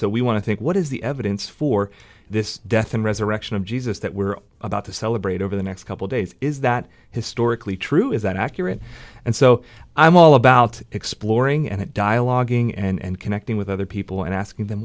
so we want to think what is the evidence for this death and resurrection of jesus that we're about to celebrate over the next couple days is that historically true is that accurate and so i'm all about exploring and dialoguing and connecting with other people and asking them